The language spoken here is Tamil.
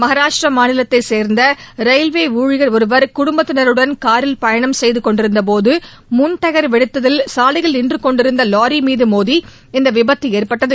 மகாராஷ்டிரா மாநிலத்தைச் சேர்ந்த ரயில்வே ஊழியர் ஒருவர் குடும்பத்தினருடன் காரில் பயணம் செய்து கொண்டிருந்தபோது முன் டயர் வெடித்ததல் சாலையில் நின்று கொண்டிருந்த லாரி மீது மோதி இந்த விபத்து ஏற்பட்டது